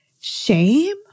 shame